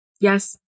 Yes